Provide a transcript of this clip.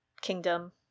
Kingdom